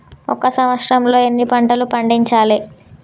ఒక సంవత్సరంలో ఎన్ని పంటలు పండించాలే?